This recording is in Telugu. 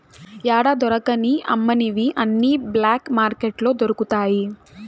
యాడా దొరకని అమ్మనివి అన్ని బ్లాక్ మార్కెట్లో దొరుకుతాయి